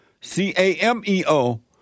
C-A-M-E-O